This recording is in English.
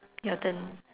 your turn